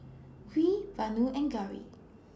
Hri Vanu and Gauri